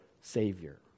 Savior